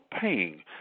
paying